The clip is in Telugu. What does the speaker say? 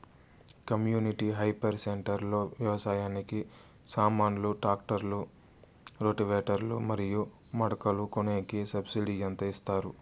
కమ్యూనిటీ హైయర్ సెంటర్ లో వ్యవసాయానికి సామాన్లు ట్రాక్టర్లు రోటివేటర్ లు మరియు మడకలు కొనేకి సబ్సిడి ఎంత ఇస్తారు